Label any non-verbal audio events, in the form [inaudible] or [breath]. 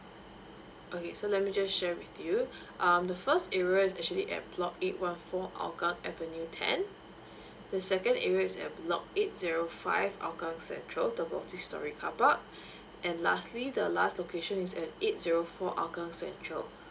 okay so let me just share with you [breath] um the first area is actually at block eight one four hougang avenue ten [breath] the second area is at block eight zero five hougang central double three storey carpark [breath] and lastly the last location is at eight zero four hougang central